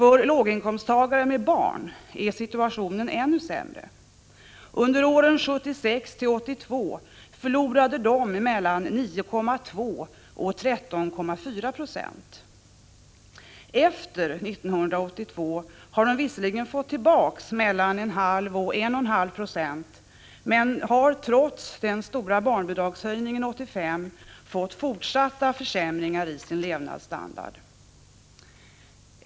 För låginkomsttagare med barn är situationen ännu sämre. Under åren 1976-1982 förlorade de mellan 9,2 och 13,4 70. Efter 1982 har de visserligen fått tillbaka mellan 0,5 och 1,5 26, men har, trots den stora barnbidragshöjningen 1985, fått fortsatta försämringar i sin levnadsstandard.